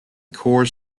core